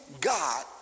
God